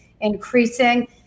increasing